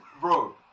bro